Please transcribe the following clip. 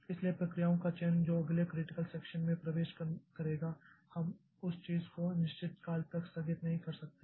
इसलिए प्रक्रियाओं का चयन जो अगले क्रिटिकल सेक्षन में प्रवेश करेगा हम उस चीज को अनिश्चित काल तक स्थगित नहीं कर सकते